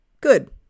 good